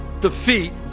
defeat